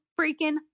freaking